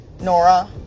Nora